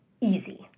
easy